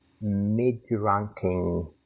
mid-ranking